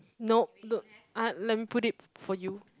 nope do~ uh let me put it f~ for you